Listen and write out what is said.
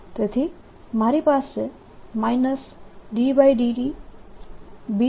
તેથી મારી પાસે ddt B